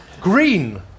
green